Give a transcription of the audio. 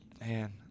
man